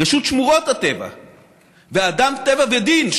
רשות שמורות טבע ואדם טבע ודין,